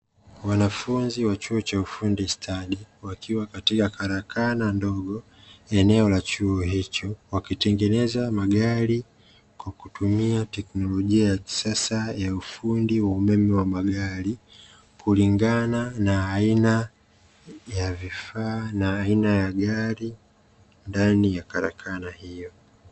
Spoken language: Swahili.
Wanafunzi wa chuo cha ufundi stadi wakiwa katika karakana ndogo eneo la chuo hicho, wakitengeneza magari kwa kutumia teknolojia ya kisasa ya ufundi wa umeme wa magari, kulingana na aina ya vifaa na aina ya gari ndani ya karakana hiyo.